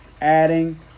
adding